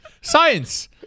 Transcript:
science